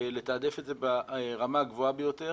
לתעדף את זה ברמה הגבוהה ביותר.